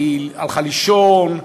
היא הלכה לישון?